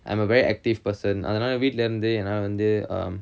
I'm a very active person அதனால வீட்ல இருந்து ஏன்னா வந்து:athanala veetla irunthu eanna vanthu um